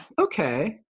okay